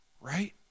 right